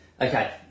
Okay